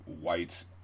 white